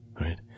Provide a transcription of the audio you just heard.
Right